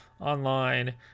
online